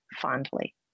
fondly